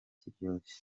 kiryoshye